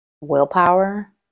willpower